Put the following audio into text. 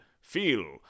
feel